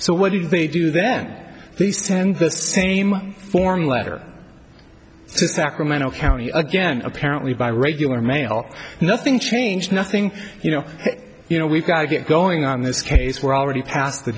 so what do they do then these ten the same form letter to sacramento county again apparently by regular mail nothing changed nothing you know you know we've got to get going on this case we're already past the